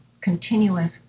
continuous